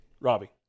Robbie